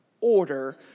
order